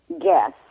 Guess